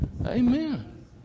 Amen